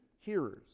hearers